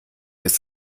ist